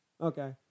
okay